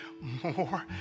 more